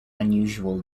unusual